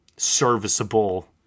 serviceable